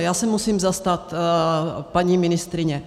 Já se musím zastat paní ministryně.